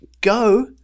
Go